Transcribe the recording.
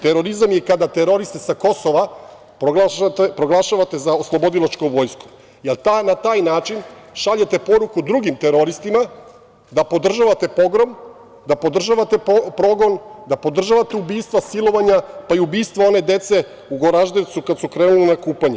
Terorizam je kada teroriste sa Kosova proglašavate oslobodilačkom vojskom, jer na taj način šaljete poruku drugim teroristima da podržavate pogrom, da podržavate progon, da podržavate ubistva, silovanja, pa i ubistva one dece u Goraždevcu kada su krenula na kupanje.